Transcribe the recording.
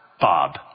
Bob